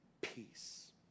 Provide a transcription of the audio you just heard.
peace